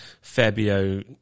Fabio